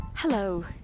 Hello